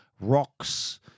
Rocks